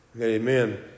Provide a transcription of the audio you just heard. Amen